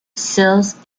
seals